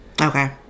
okay